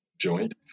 joint